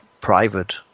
private